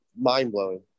mind-blowing